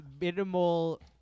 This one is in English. minimal